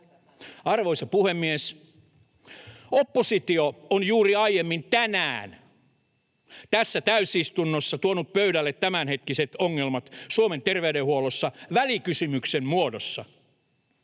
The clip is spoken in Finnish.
Arvoisa puhemies! Oppositio on juuri aiemmin tänään, tässä täysistunnossa, tuonut pöydälle tämänhetkiset ongelmat Suomen terveydenhuollossa välikysymyksen muodossa.